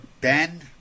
Ben